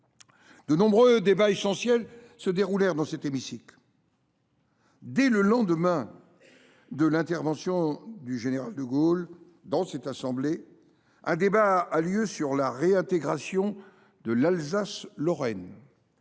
De nombreux débats essentiels se déroulèrent en effet dans cet hémicycle. Dès le lendemain de l’intervention du général de Gaulle, un débat eut lieu sur la réintégration de l’Alsace Lorraine.